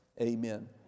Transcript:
Amen